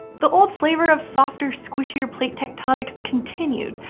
the old flavor of softer, squishier plate tectonics continued,